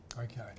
Okay